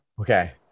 okay